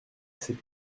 c’est